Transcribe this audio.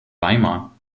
weimar